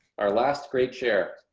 our last great chair.